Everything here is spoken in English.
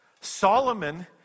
Solomon